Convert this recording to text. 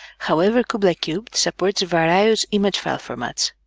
however kubla cubed supports various image file formats